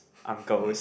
uncles